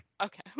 Okay